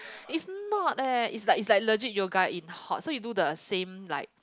is not leh is like is like legit yoga in hot so you do the same like